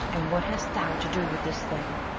and what hast thou to do with this thing?